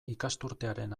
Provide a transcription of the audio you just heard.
ikasturtearen